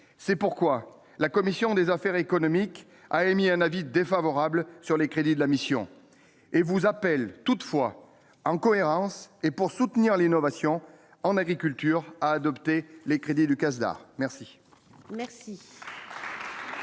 c'est pourquoi la commission des affaires économiques, a émis un avis défavorable sur les crédits de la mission et vous appelle toutefois en cohérence et pour soutenir l'innovation en agriculture a adopté les crédits du CASDAR merci.